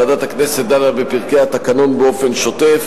ועדת הכנסת דנה בפרקי התקנון באופן שוטף